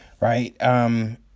Right